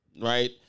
right